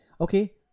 okay